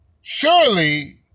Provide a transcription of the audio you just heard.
surely